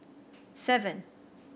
seven